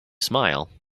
smile